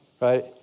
right